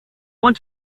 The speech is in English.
one